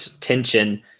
tension